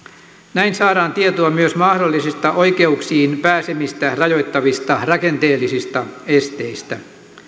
näin saadaan tietoa myös mahdollisista oikeuksiin pääsemistä rajoittavista rakenteellisista esteistä